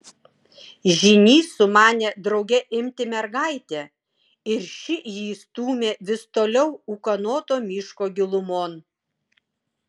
žynys sumanė drauge imti mergaitę ir ši jį stūmė vis toliau ūkanoto miško gilumon